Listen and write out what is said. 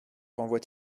renvoie